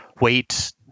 wait